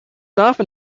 often